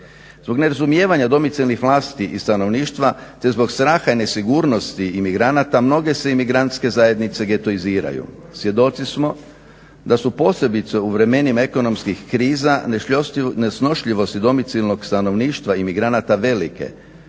Zbog nerazumijevanja domicijalnih vlasti i stanovništva, te zbog straha i nesigurnosti imigranata mnoge se imigrantske zajednice getoiziraju. Svjedoci smo da smo posebice u vremenima ekonomskih kriza, nesnošljivosti domicilnog stanovništva imigranata velike,